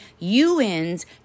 UN's